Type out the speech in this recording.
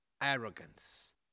arrogance